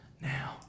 now